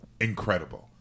incredible